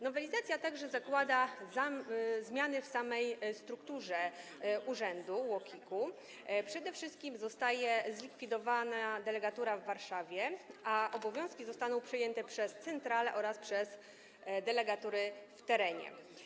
Nowelizacja także zakłada zmiany w samej strukturze UOKiK-u: przede wszystkim zostaje zlikwidowana delegatura w Warszawie, a obowiązki zostaną przejęte przez centralę oraz przez delegatury w terenie.